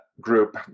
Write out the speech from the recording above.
group